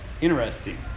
Interesting